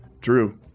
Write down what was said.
Drew